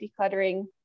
decluttering